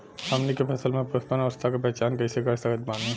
हमनी के फसल में पुष्पन अवस्था के पहचान कइसे कर सकत बानी?